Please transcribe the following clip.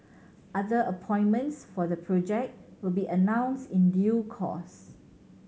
other appointments for the project will be announced in due course